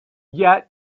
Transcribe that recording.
yet